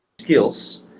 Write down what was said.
skills